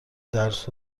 درس